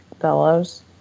Bellows